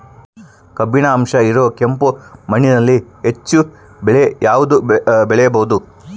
ಕಬ್ಬಿಣದ ಅಂಶ ಇರೋ ಕೆಂಪು ಮಣ್ಣಿನಲ್ಲಿ ಹೆಚ್ಚು ಬೆಳೆ ಯಾವುದು ಬೆಳಿಬೋದು?